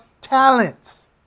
talents